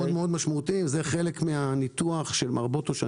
זה חלק מן הניתוח של מר בוטוש,